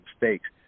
mistakes